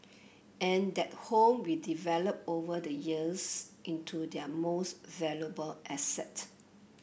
and that home we developed over the years into their most valuable asset